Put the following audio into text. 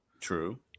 True